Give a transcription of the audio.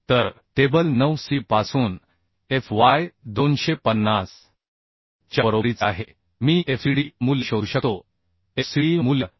तर table 9 C पासून f y 250 च्या बरोबरीचे आहे मी fcd मूल्य शोधू शकतो fcd मूल्य 83